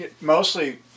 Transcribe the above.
mostly